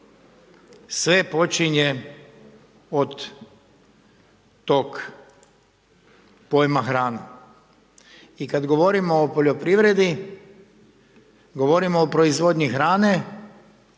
sve počinje od tog pojma hrane. I kad govorimo o poljoprivredi govorimo o proizvodnji hrane,